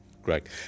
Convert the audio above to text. Great